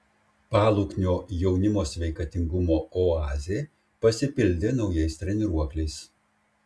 paluknio jaunimo sveikatingumo oazė pasipildė naujais treniruokliais